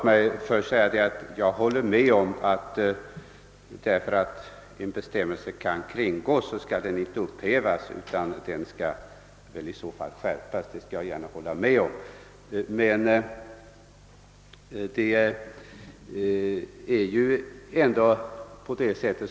Herr talman! Jag håller med om att en bestämmelse inte skall upphävas bara för att den kan kringgås; i så fall skall den skärpas.